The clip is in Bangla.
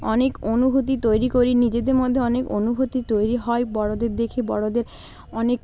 অনেক অনুভূতি তৈরি করি নিজেদের মধ্যে অনেক অনুভূতি তৈরি হয় বড়োদের দেখে বড়োদের অনেক